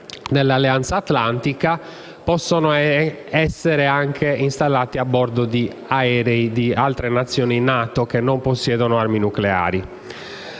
dell'Alleanza atlantica, possono essere installate anche a bordo di altre Nazioni NATO che non possiedono armi nucleari.